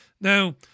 Now